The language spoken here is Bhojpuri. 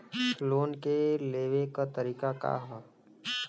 लोन के लेवे क तरीका का ह?